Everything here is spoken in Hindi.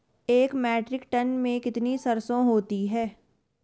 एक मीट्रिक टन में कितनी सरसों होती है?